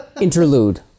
Interlude